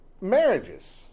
marriages